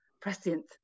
prescient